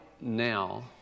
now